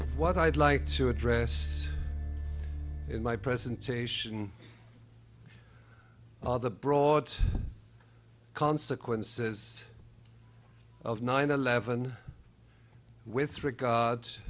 what i'd like to address in my presentation the broad consequences of nine eleven with regard